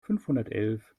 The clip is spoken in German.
fünfhundertelf